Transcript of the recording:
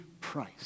price